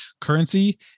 currency